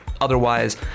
Otherwise